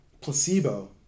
placebo